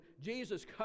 Jesus